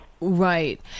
right